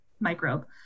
microbe